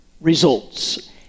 results